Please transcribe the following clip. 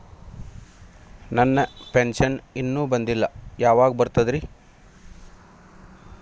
ನನ್ನ ಪೆನ್ಶನ್ ಇನ್ನೂ ಬಂದಿಲ್ಲ ಯಾವಾಗ ಬರ್ತದ್ರಿ?